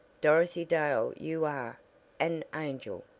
dorothy dale you are an angel,